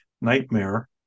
nightmare